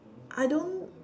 I don't